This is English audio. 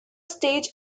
stage